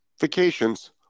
vacations